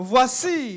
Voici